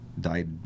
died